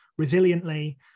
resiliently